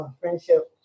friendship